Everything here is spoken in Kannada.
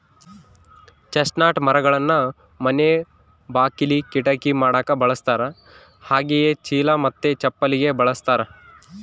ಚೆಸ್ಟ್ನಟ್ ಮರಗಳನ್ನ ಮನೆ ಬಾಕಿಲಿ, ಕಿಟಕಿ ಮಾಡಕ ಬಳಸ್ತಾರ ಹಾಗೆಯೇ ಚೀಲ ಮತ್ತೆ ಚಪ್ಪಲಿಗೆ ಬಳಸ್ತಾರ